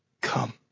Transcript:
come